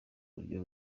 buryo